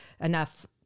enough